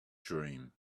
dream